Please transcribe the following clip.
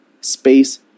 space